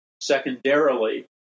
Secondarily